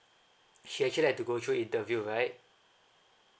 she actually had to go through interview right